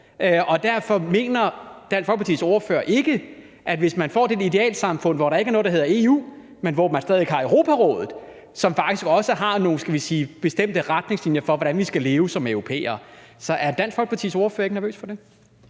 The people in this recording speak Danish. for? Er Dansk Folkepartis ordfører ikke nervøs for, hvis man får det idealsamfund, hvor der ikke er noget, der hedder EU, men hvor man stadig har Europarådet, som faktisk også har nogle, skal vi sige, bestemte retningslinjer for, hvordan vi skal leve som europæere? Kl. 13:42 Første næstformand